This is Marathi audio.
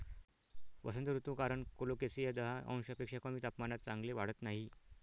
वसंत ऋतू कारण कोलोकेसिया दहा अंशांपेक्षा कमी तापमानात चांगले वाढत नाही